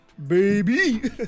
Baby